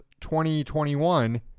2021